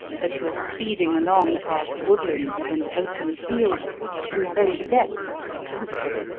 but were speeding along past woodlands and open fields in the very depths of the country.